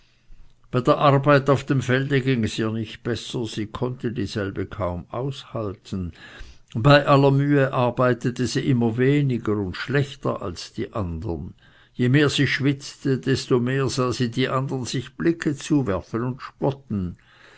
bei der arbeit auf dem felde ging es ihr nicht besser sie konnte dieselbe kaum aushalten bei aller mühe arbeitete sie immer weniger und schlechter als die andern je mehr sie schwitzte desto mehr sah sie die andern sich blicke zuwerfen und spotten